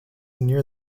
near